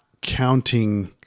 counting